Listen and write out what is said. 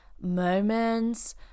moments